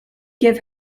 give